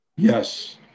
Yes